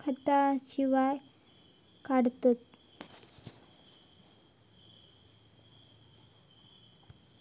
खतांशिवाय काढतत